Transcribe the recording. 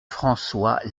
françois